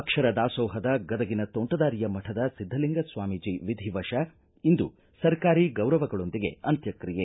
ಅಕ್ಷರ ದಾಸೋಹದ ಗದಗಿನ ತೋಂಟದಾರ್ಯ ಮಠದ ಸಿದ್ಧಲಿಂಗ ಸ್ವಾಮೀಜಿ ವಿಧಿ ವಶ ಇಂದು ಸರ್ಕಾರಿ ಗೌರವಗಳೊಂದಿಗೆ ಅಂತ್ಯಕ್ರಿಯೆ